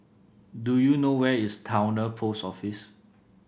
do you know where is Towner Post Office